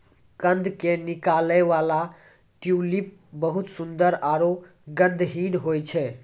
कंद के निकलै वाला ट्यूलिप बहुत सुंदर आरो गंधहीन होय छै